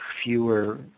fewer